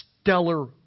stellar